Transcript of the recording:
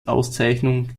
auszeichnung